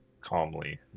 calmly